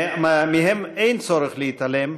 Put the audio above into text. שמהם אין צורך להתעלם,